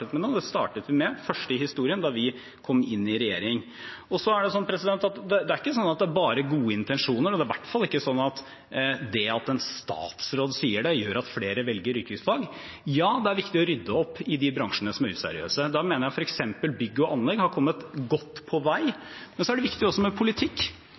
med nå, vi startet med den første i historien da vi kom i regjering. Så er det sånn at det ikke bare er gode intensjoner, og det er i hvert fall ikke det at en statsråd sier det, som gjør at flere velger yrkesfag. Ja, det er viktig å rydde opp i de bransjene som er useriøse. Da mener jeg f.eks. bygg og anlegg har kommet godt på vei. Men det er også viktig med politikk.